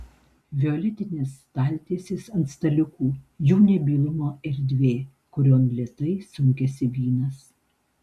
violetinės staltiesės ant staliukų jų nebylumo erdvė kurion lėtai sunkiasi vynas